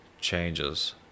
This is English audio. changes